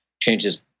changes